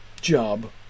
job